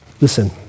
Listen